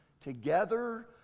together